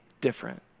different